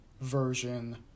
version